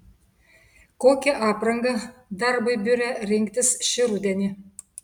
kokią aprangą darbui biure rinktis šį rudenį